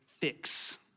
fix